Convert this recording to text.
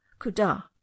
kuda